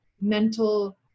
mental